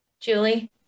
Julie